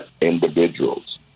individuals